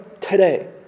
today